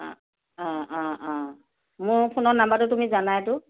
অ অ অ অ মোৰ ফোনৰ নাম্বাৰটো তুমি জানাইতো